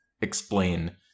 explain